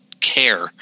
care